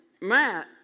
Matt